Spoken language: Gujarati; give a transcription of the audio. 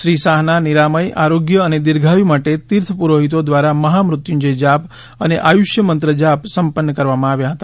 શ્રી શાહના નિરામય આરોગ્ય અને દીર્ઘાયુ માટે તીર્થ પુરોહિતો દ્વારા મહામૃત્યુંજય જાપ અને આયુશ્યમંત્ર જાપ સંપન્ન કરવામાં આવ્યા હતા